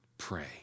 pray